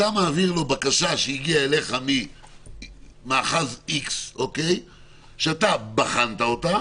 אתה מעביר לו בקשה שהגיעה אליך ממאחז מסוים שאתה בחנת אותה